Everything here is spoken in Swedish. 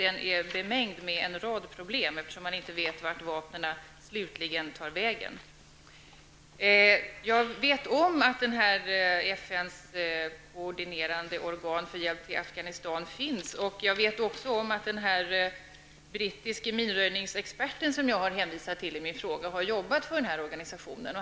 Denna handel är bemängd med en rad problem, eftersom man inte vet vart vapnen slutligen tar vägen. Jag känner till FNs koordinerande organ för hjälp till Afghanistan finns. Jag känner också till att den brittiske minröjningsexpert som jag har hänvisat till i svaret har arbetat för den här organisationen.